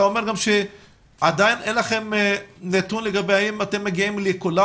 אתה אומר גם שעדיין אין לכם נתון לגבי האם אתם מגיעים לכולם